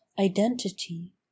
identity